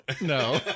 no